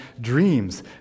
dreams